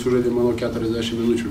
sužaidėm manau keturiasdešimt minučių